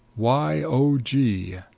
y o g.